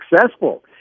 successful